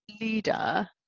leader